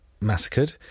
massacred